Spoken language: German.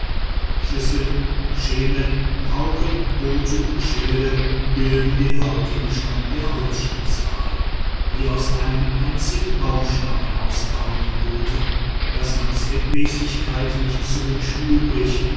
schüsseln schemel pauken boote und schilde bilden den hauptgegenstand der holzschnitzerei die aus einem einzigen baumstamm ausgehauenen boote lassen an zweckmäßigkeit nichts zu wünschen übrig